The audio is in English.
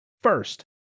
First